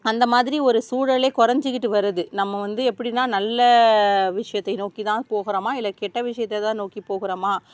அந்த மாதிரி ஒரு சூழலே கொறைஞ்சிக்கிட்டு வருது நம்ம வந்து எப்படினா நல்ல விஷயத்தை நோக்கி தான் போகுறோமா இல்லை கெட்ட விஷயத்தை தான் நோக்கி போகுறோமா